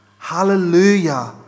Hallelujah